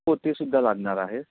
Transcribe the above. हो ते सुद्धा लागणार आहे